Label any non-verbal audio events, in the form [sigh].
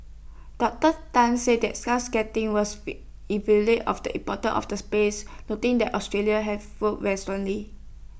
Doctor Tan said the gazetting was [unintelligible] of the importance of the space noting that Australia have [unintelligible] very strongly